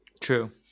True